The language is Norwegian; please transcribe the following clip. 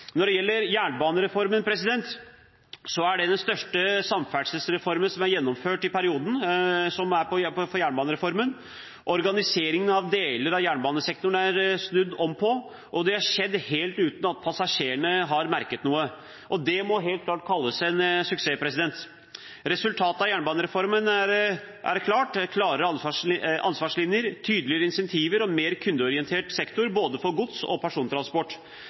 Når det gjelder jernbanereformen, er det den største samferdselsreformen som er gjennomført i perioden. Organiseringen av deler av jernbanesektoren er snudd om på, og det har skjedd helt uten at passasjerene har merket noe. Det må helt klart kalles en suksess. Resultatet av jernbanereformen er klart: klarere ansvarslinjer, tydeligere incentiver og en mer kundeorientert sektor, både for gods- og persontransport.